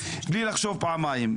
בלי לחשוב פעמיים,